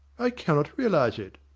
i cannot realise it!